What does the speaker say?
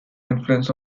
influence